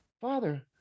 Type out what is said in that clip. Father